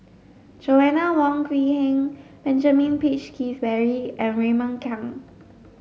Joanna Wong Quee Heng Benjamin Peach Keasberry and Raymond Kang